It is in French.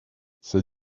c’est